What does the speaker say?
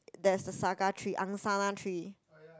there's a saga tree angsana tree